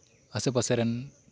ᱟᱥᱮ ᱯᱟᱥᱮᱨᱮᱱ